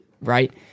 right